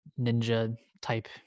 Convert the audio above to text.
ninja-type